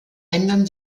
ändern